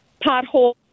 pothole